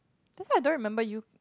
that's why I don't remember you